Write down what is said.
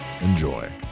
Enjoy